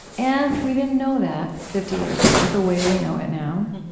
and we didn't know that fifty years ago the way we know it now